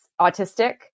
autistic